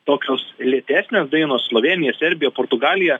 tokios lėtesnės dainos slovėnija serbija portugalija